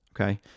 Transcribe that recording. Okay